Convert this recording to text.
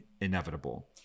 inevitable